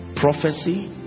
Prophecy